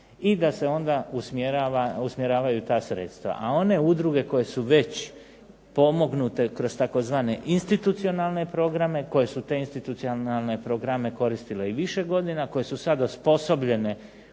i da se onda usmjeravaju ta sredstva. A one udruge koje su već pomognute kroz tzv. institucionalne programe, koje su te institucionalne programe koristile i više godina, koje su sad osposobljene,